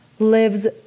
Lives